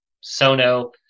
sono